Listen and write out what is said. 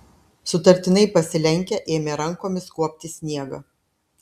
sutartinai pasilenkę ėmė rankomis kuopti sniegą